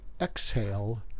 exhale